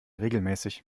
regelmäßig